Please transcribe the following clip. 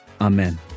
Amen